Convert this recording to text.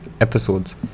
episodes